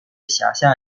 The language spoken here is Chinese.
辖下